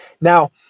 Now